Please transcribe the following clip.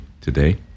today